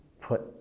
put